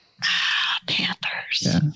Panthers